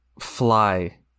fly